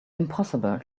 impossible